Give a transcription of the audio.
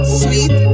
sweet